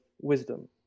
wisdom